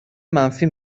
منفی